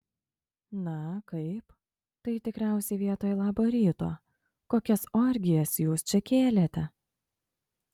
na kaip tai tikriausiai vietoj labo ryto kokias orgijas jūs čia kėlėte